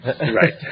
Right